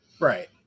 Right